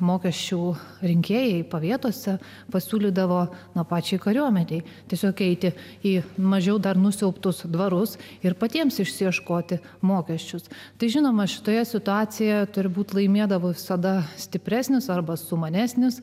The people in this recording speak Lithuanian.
mokesčių rinkėjai pavietuose pasiūlydavo nuo pačiai kariuomenei tiesiog eiti į mažiau dar nusiaubtus dvarus ir patiems išsiieškoti mokesčius tai žinoma šitoje situacijoje turbūt laimėdavo visada stipresnis arba sumanesnis